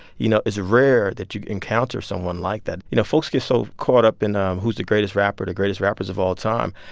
you know, it's rare that you encounter someone like that. you know, folks get so caught up in um who's the greatest rapper, the greatest rappers of all time.